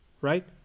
right